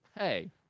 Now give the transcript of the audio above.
Hey